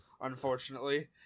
unfortunately